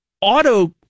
auto